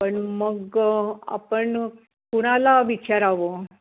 पण मग आपण कुणाला विचारावं